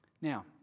Now